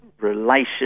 relation